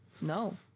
no